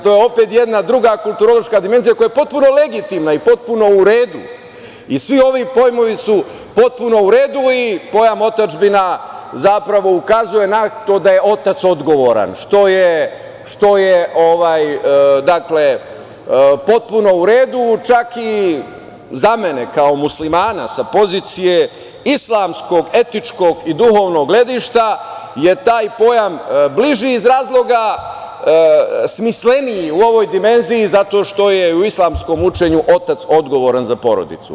To je opet jedna druga kulturološka dimenzija koja je potpuno legitimna i potpuno u redu i svi ovi pojmovi su potpuno u redu i pojam otadžbina zapravo ukazuje na to da je otac odgovoran, što je potpuno u redu, čak i za mene kao muslimana sa pozicije islamskog, etničkog i duhovnog gledišta, je taj pojam bliži iz razloga, smisleniji u ovoj dimenziji, zato što je u islamskom učenju otac odgovoran za porodicu.